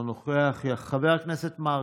אינו נוכח, חבר הכנסת מרגי,